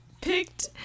picked